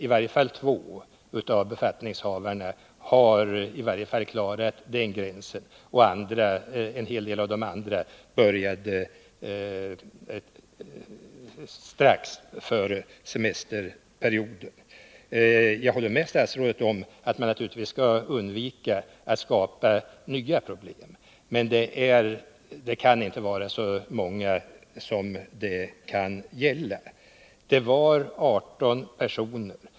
I varje fall två av befattningshavarna har klarat den gränsen, och en hel del av de andra började sin anställning strax före semesterperioden. Jag håller med statsrådet om att man naturligtvis skall undvika att skapa nya problem, men det kan inte vara fråga om så många personer som skulle beröras. Det talades om 18 personer.